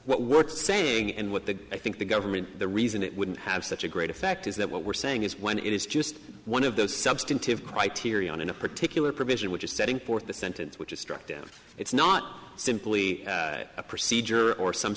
now what we're saying and what the i think the government the reason it wouldn't have such a great effect is that what we're saying is when it is just one of those substantive criterion in a particular provision which is setting forth the sentence which is struck down it's not simply a procedure or some